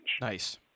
Nice